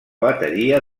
bateria